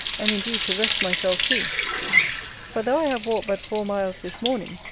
and indeed to rest myself too for though i have walked but four miles this morning,